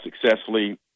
successfully